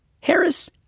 Harris